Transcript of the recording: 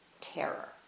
terror